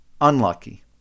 unlucky